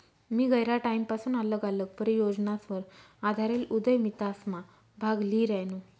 मी गयरा टाईमपसून आल्लग आल्लग परियोजनासवर आधारेल उदयमितासमा भाग ल्ही रायनू